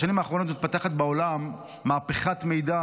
בשנים האחרונות מתפתחת בעולם מהפכת מידע,